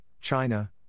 China